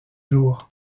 jour